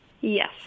Yes